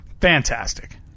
Fantastic